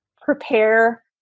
prepare